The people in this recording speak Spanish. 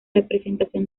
representación